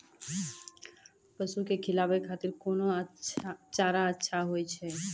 पसु के खिलाबै खातिर कोन चारा अच्छा होय छै?